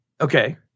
Okay